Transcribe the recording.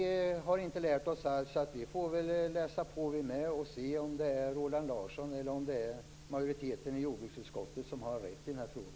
Vi har inte lärt oss allt, så vi får läsa på och se om Roland Larsson eller majoriteten i jordbruksutskottet har rätt i den här frågan.